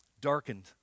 darkened